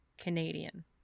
Canadian